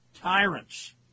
tyrants